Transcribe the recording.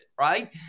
right